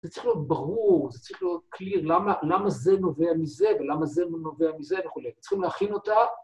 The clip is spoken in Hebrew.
זה צריך להיות ברור, זה צריך להיות קליר, למה זה נובע מזה ולמה זה לא נובע מזה וכולי. צריכים להכין אותה.